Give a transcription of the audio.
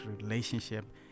relationship